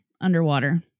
underwater